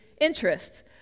interests